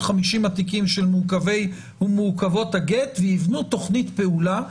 התיקים של מעוכבי ומעוכבות הגט ויבנו תוכנית פעולה.